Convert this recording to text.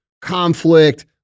conflict